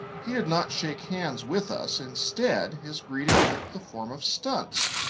he did not shake hands with us instead, his greeting took the form of stunts.